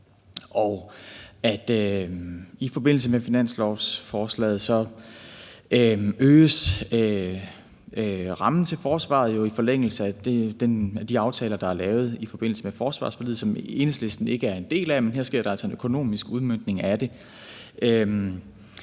I forbindelse med finanslovsforslaget øges omfanget af rammen til forsvaret jo i forlængelse af de aftaler, der er lavet i forbindelse med forsvarsforliget, som Enhedslisten ikke er en del af, men her sker der altså en økonomisk udmøntning af det.